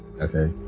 Okay